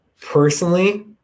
personally